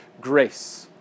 grace